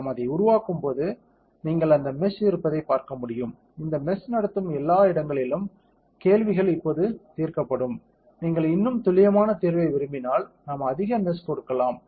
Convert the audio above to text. நாம் அதை உருவாக்கும் போது நீங்கள் அந்த மெஷ் இருப்பதை பார்க்க முடியும் இந்த மெஷ் நடத்தும் எல்லா இடங்களிலும் கேள்விகள் இப்போது தீர்க்கப்படும் நீங்கள் இன்னும் துல்லியமான தீர்வை விரும்பினால் நாம் அதிக மெஷ் கொடுக்கலாம்